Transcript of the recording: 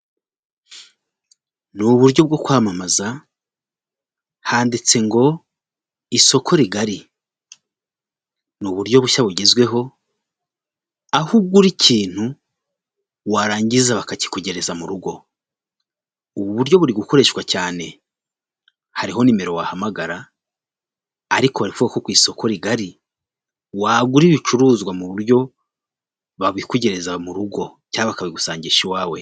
Ni uburyo bwo kwamamaza, handitse ngo isoko rigari ni uburyo bushya bugezweho aho ugura ikintu warangiza bakakikugereza mu rugo. Ubu buryo buri gukoreshwa cyane, hariho nimero wahamagara ariko ivuga ko ku isoko rigari wagura ibicuruzwa mu buryo babikugereza mu rugo cyangwa bakabigusangisha iwawe.